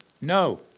No